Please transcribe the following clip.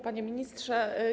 Panie Ministrze!